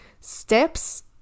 steps